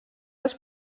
als